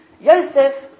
Yosef